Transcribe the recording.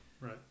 Right